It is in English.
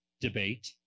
Debate